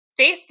Facebook